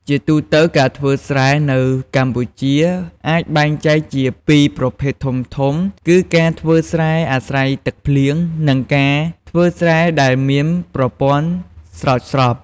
ជាទូទៅ ការធ្វើស្រែនៅកម្ពុជាអាចបែងចែកជាពីរប្រភេទធំៗ គឺការធ្វើស្រែអាស្រ័យទឹកភ្លៀង និងការធ្វើស្រែដែលមានប្រព័ន្ធស្រោចស្រព។